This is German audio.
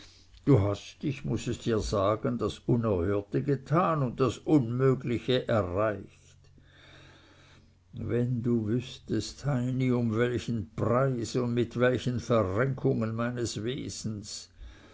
du hast ich muß es dir sagen das unerhörte getan und das unmögliche erreicht wenn du wüßtest heini um welchen preis und mit welchen verrenkungen meines wesens